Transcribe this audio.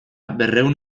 berrehun